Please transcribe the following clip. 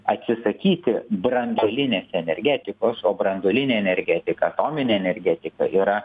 atsisakyti branduolinės energetikos o branduolinė energetika atominė energetika yra